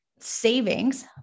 savings